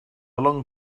long